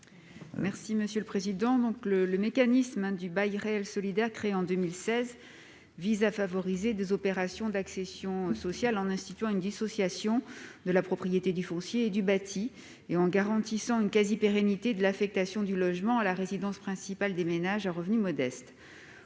Mme Isabelle Briquet. Le mécanisme du bail réel solidaire (BRS), créé en 2016, vise à favoriser des opérations d'accession sociale, en instituant une dissociation de la propriété du foncier et du bâti et en garantissant une quasi-pérennité de l'affectation du logement à la résidence principale des ménages à revenus modestes.